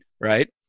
right